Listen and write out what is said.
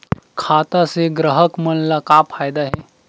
खाता से ग्राहक मन ला का फ़ायदा हे?